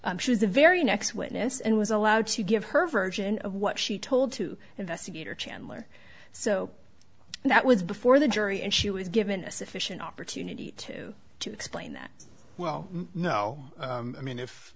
was the very next witness and was allowed to give her version of what she told to investigator chandler so that was before the jury and she was given a sufficient opportunity to explain that well no i mean if